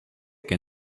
que